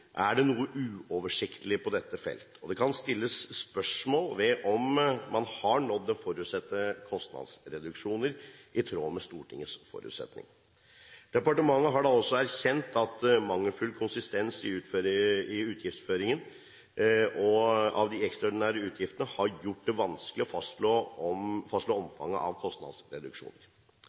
er det noe uoversiktlig på dette felt. Og det kan stilles spørsmål ved om man har nådd de forutsatte kostnadsreduksjoner – i tråd med Stortingets forutsetning. Departementet har da også erkjent at mangelfull konsistens i utgiftsføringen av de ekstraordinære utgiftene har gjort det vanskelig å fastslå omfanget av kostnadsreduksjonen. Så til spørsmålet om